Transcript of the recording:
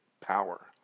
power